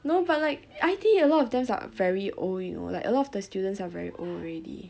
no but like I_T_E a lot of them are very old you know like a lot of the students are very old already